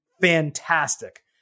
fantastic